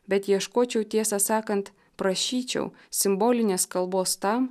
bet ieškočiau tiesą sakant prašyčiau simbolinės kalbos tam